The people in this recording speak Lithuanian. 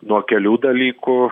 nuo kelių dalykų